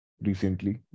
recently